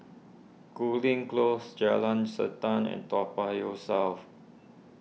Cooling Close Jalan Siantan and Toa Payoh South